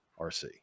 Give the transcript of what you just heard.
RC